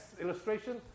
illustration